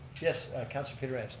yes, councilor pietrangelo.